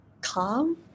calm